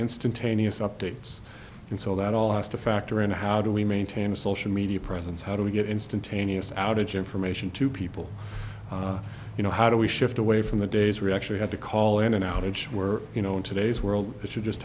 instantaneous updates and so that all has to factor into how do we maintain a social presence how do we get instantaneous outage information to people you know how do we shift away from the days we actually had to call in an outage where you know in today's world it should just